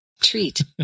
treat